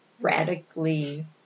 radically